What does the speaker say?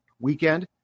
weekend